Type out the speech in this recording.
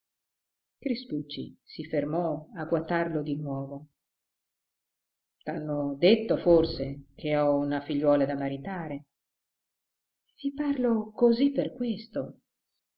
crispucci si fermò a guatarlo di nuovo t'hanno detto forse che ho una figliuola da maritare i parlo così per questo